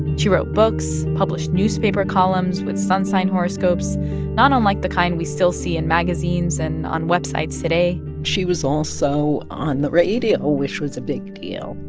she wrote books, published newspaper columns with sun sign horoscopes not unlike the kind we still see in magazines and on websites today she was also on the radio, which was a big deal,